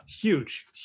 Huge